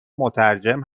مترجم